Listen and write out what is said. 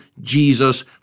Jesus